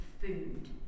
food